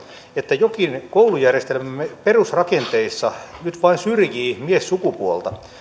että jokin koulujärjestelmämme perusrakenteissa nyt vain syrjii miessukupuolta